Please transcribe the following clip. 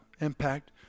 impact